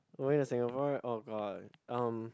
only in Singapore [oh]-god um